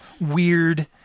weird